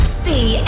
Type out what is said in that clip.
see